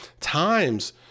times